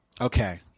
Okay